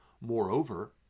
Moreover